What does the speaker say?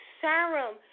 serum